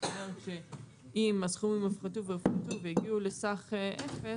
זאת אומרת שאם הסכומים הופחתו והגיעו לסך אפס,